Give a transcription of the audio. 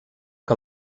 que